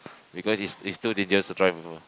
because is is too dangerous to drive over